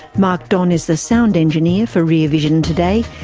mark don is the sound engineer for rear vision today.